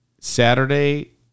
Saturday